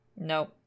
Nope